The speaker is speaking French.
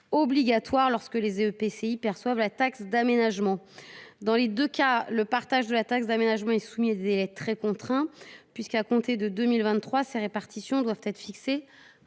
obligatoire lorsque les EPCI la perçoivent. Dans les deux cas, le partage de la taxe est soumis à des délais très contraints, puisque, à compter de 2023, ces répartitions doivent être fixées